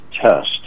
test